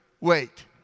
wait